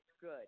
good